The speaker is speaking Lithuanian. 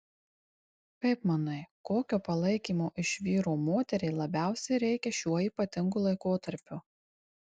kaip manai kokio palaikymo iš vyro moteriai labiausiai reikia šiuo ypatingu laikotarpiu